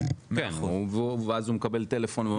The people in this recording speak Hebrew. ואז הוא מקבל טלפון.